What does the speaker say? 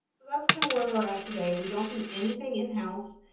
that's kind of where we're at today. we don't do anything in-house,